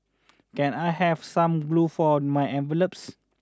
can I have some glue for my envelopes